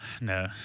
no